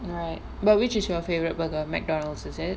alright but which is your favourite burger McDonald's is it